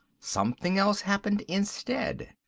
something else happened instead.